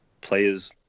players